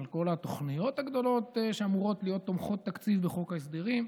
על כל התוכניות הגדולות שאמורות להיות תומכות תקציב בחוק ההסדרים.